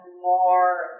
more